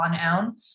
on-own